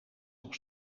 nog